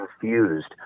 confused